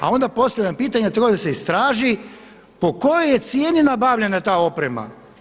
A onda postavljam pitanje to da se istraži, po kojoj je cijeni nabavljena ta oprema?